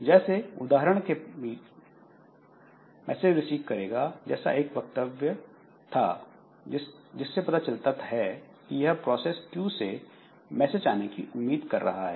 जैसे पिछले उदाहरण के पास मैसेज रिसीव करेगा जैसा एक वक्तव्य था जिससे पता चलता है कि यह प्रोसेस Q से मैसेज आने की उम्मीद कर रहा है